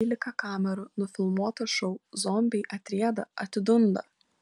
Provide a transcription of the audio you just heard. dvylika kamerų nufilmuotą šou zombiai atrieda atidunda